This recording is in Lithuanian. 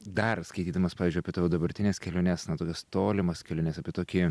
dar skaitydamas pavyzdžiui apie tavo dabartines keliones na tokias tolimas keliones apie tokį